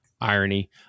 irony